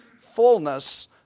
fullness